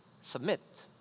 Submit